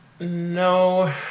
No